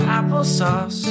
applesauce